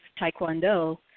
Taekwondo